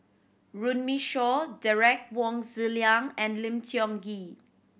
Runme Shaw Derek Wong Zi Liang and Lim Tiong Ghee